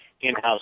in-house